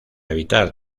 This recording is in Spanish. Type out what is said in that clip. evitar